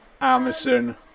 Amazon